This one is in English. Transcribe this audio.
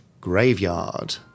Graveyard